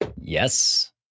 yes